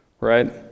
right